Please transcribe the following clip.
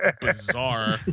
bizarre